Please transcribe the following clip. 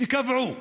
וקבעו